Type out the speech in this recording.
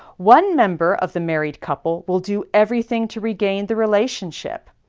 one member of the married couple will do everything to regain the relationship.